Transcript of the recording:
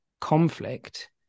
conflict